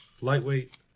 lightweight